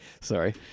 sorry